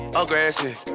aggressive